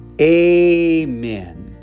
Amen